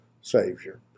Savior